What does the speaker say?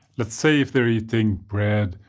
let's say if they're eating bread,